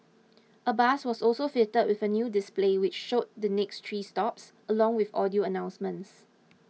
a bus was also fitted with a new display which showed the next three stops along with audio announcements